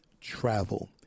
travel